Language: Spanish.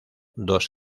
dos